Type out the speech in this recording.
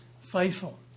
faithful